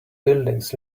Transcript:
buildings